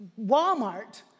Walmart